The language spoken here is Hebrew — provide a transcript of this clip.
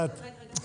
גברתי,